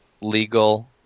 legal